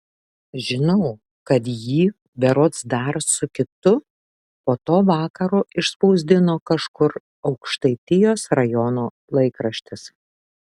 žinau kad jį berods dar su kitu po to vakaro išspausdino kažkur aukštaitijos rajono laikraštis